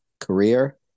career